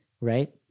Right